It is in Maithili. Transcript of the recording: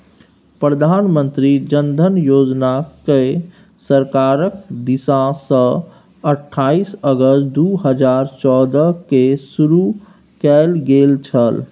प्रधानमंत्री जन धन योजनाकेँ सरकारक दिससँ अट्ठाईस अगस्त दू हजार चौदहकेँ शुरू कैल गेल छल